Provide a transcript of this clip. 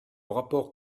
rapport